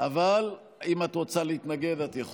אבל אם את רוצה להתנגד, את יכולה.